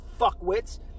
fuckwits